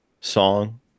song